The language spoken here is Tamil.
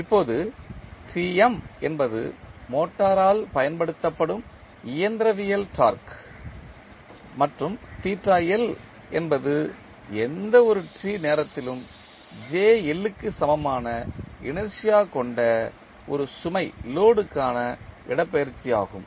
இப்போது என்பது மோட்டாரால் பயன்படுத்தப்படும் இயந்திரவியல் டார்க்கு மற்றும் என்பது எந்த ஒரு t நேரத்திலும் க்கு சமமான இனர்ஷியா கொண்ட ஒரு சுமை க்கான இடப்பெயர்ச்சி ஆகும்